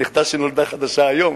הנכדה החדשה נולדה היום.